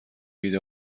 ایده